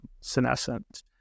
senescent